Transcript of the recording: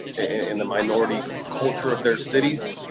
in the minority culture of their cities.